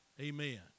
Amen